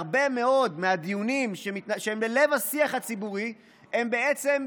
הרבה מאוד מהדיונים שהם בלב השיח הציבורי הם בעצם,